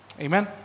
Amen